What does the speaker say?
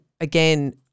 again